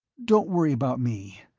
don't worry about me.